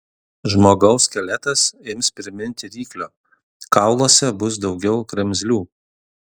žmogaus skeletas ims priminti ryklio kauluose bus daugiau kremzlių